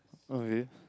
oh really